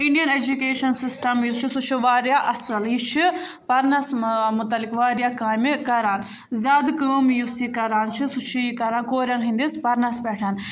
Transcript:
Indian education system یُس چھُ سُہ چھُ واریاہ اَصٕل یہِ چھِ پَرنَس متعلق واریاہ کامہِ کران زیادٕ کٲم یُس یہِ کران چھِ سُہ چھِ یہِ کران کورؠن ہِنٛدِس پَرنَس پؠٹھ